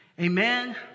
Amen